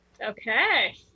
Okay